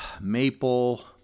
maple